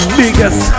biggest